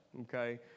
Okay